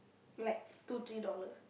like two three dollars